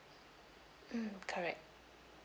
mm correct